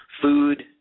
food